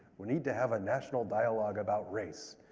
we need to have a national dialogue about race.